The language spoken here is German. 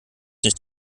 nicht